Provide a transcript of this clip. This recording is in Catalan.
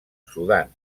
sudan